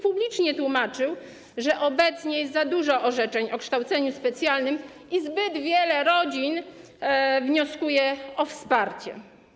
Publicznie tłumaczył, że obecnie jest za dużo orzeczeń o kształceniu specjalnym i zbyt wiele rodzin wnioskuje o wsparcie.